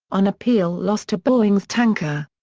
on appeal lost to boeing's tanker.